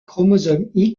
chromosome